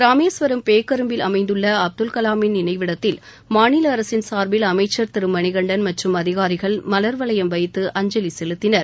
ரமேஸ்வரம் பேக்கரும்பில் அமைந்துள்ள அப்துல் கலாமின் நினைவிடத்தில் மாநில அரசின் சார்பில் அமைச்சர் திரு மணிகண்டன் மற்றும் அதிகாரிகள் மலர்வளையம் வைத்து அஞ்சலி செலுத்தினர்